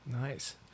Nice